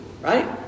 right